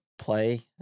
play